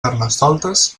carnestoltes